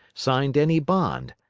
signed any bond,